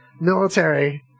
Military